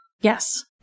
Yes